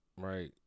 Right